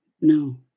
no